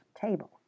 table